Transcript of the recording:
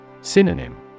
Synonym